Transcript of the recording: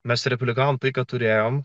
mes replikavome tai ką turėjome